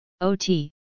OT